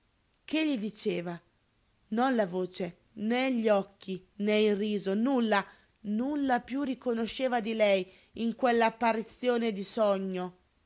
che gli diceva non la voce né gli occhi né il riso nulla nulla piú riconosceva di lei in quell'apparizione di sogno